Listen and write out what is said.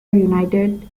united